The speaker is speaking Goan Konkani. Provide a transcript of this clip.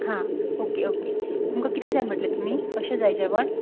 हां ओके ओके तुमकां किदें जाय म्हटलें तुमी कशें जाय जेवण